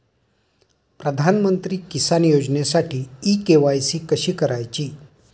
प्रधानमंत्री किसान योजनेसाठी इ के.वाय.सी कशी करायची?